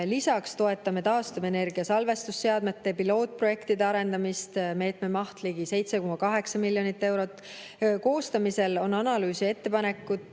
Lisaks toetame taastuvenergia salvestusseadmete pilootprojektide arendamist, selle meetme maht on ligi 7,8 miljonit eurot. Koostamisel on analüüs ja ettepanekud,